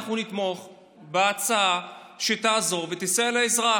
נתמוך בהצעה שתעזור ותסייע לאזרח.